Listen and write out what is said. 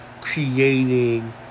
Creating